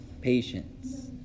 Patience